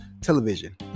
television